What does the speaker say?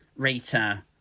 Rita